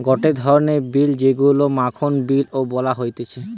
গটে ধরণের বিন যেইগুলো মাখন বিন ও বলা হতিছে